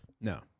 No